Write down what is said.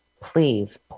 please